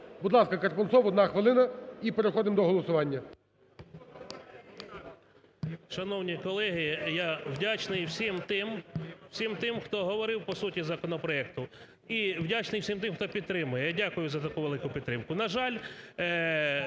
Будь ласка, Карпунцов, 1 хвилина, і переходимо до голосування.